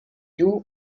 two